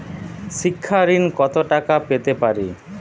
শিক্ষা ঋণ কত টাকা পেতে পারি?